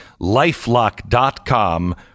lifelock.com